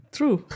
True